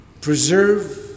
preserve